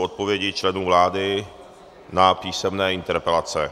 Odpovědi členů vlády na písemné interpelace